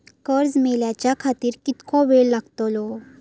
कर्ज मेलाच्या खातिर कीतको वेळ लागतलो?